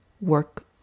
work